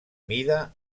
mida